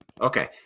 Okay